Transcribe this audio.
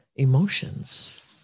emotions